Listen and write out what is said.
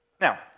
Now